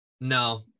no